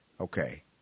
okay